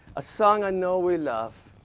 a song i know we love.